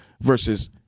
versus